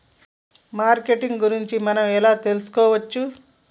Marketing గురించి మనం ఎలా తెలుసుకోవచ్చు?